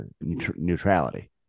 neutrality